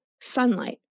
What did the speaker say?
sunlight